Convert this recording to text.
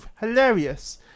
hilarious